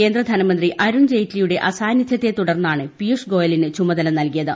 കേന്ദ്ര ധനമന്ത്രി അരുൺ ജെയ്റ്റ്ലിയുടെ അസാന്നിധ്യത്തെ തുടർന്നാണ് പീയുഷ് ഗോയലിന് ചുമതല നൽകിയത്